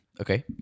Okay